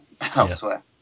elsewhere